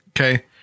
Okay